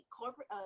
corporate